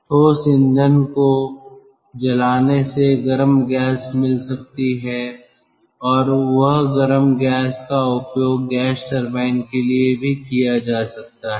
ठोस ईंधन को जलाने से गर्म गैस मिल सकती है और वह गर्म गैस का उपयोग गैस टरबाइन के लिए भी किया जा सकता है